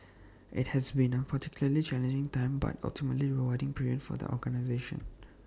IT has been A particularly challenging time but ultimately rewarding period for the organisation